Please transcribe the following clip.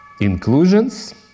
inclusions